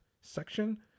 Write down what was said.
section